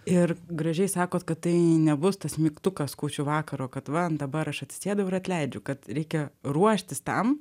ir gražiai sakot kad tai nebus tas mygtukas kūčių vakaro kad va dabar aš atsisėdau ir atleidžiu kad reikia ruoštis tam